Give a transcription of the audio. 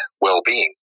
well-being